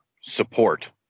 support